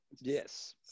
yes